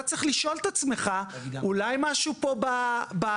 אתה צריך לשאול את עצמך: אולי משהו פה בתאגידי